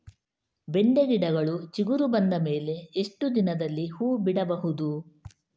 ಬೆಂಡೆ ಗಿಡಗಳು ಚಿಗುರು ಬಂದ ಮೇಲೆ ಎಷ್ಟು ದಿನದಲ್ಲಿ ಹೂ ಬಿಡಬಹುದು?